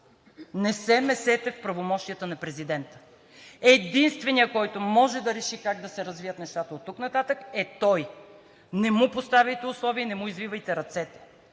Не се месете в правомощията на президента. Единственият, който може да реши как да се развият нещата оттук нататък, е той. Не му поставяйте условия и не му извивайте ръцете.